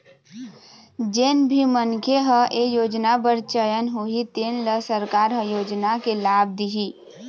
जेन भी मनखे ह ए योजना बर चयन होही तेन ल सरकार ह योजना के लाभ दिहि